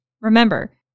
Remember